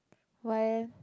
why